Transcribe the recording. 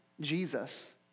Jesus